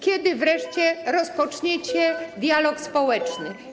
Kiedy wreszcie rozpoczniecie dialog społeczny?